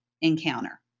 encounter